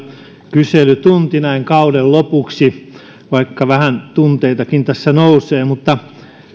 kyselytunti näin kauden lopuksi vaikka vähän tunteitakin tässä nousee